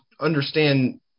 understand